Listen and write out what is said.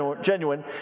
genuine